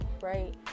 right